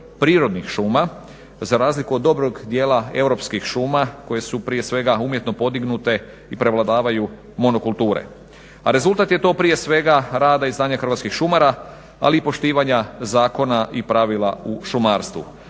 prirodnih šuma za razliku od dobrog dijela europskih šuma koje su prije svega umjetno podignute i prevladavaju monokulture. A rezultat je to prije svega rada i znanja hrvatskih šumara ali i poštivanja zakona i pravila u šumarstvu.